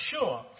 sure